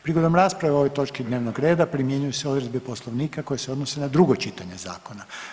Prigodom rasprave o ovoj točki dnevnog reda primjenjuju se odredbe Poslovnika koje se odnose na drugo čitanje zakona.